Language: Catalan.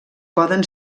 poden